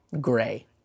gray